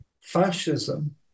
fascism